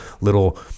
little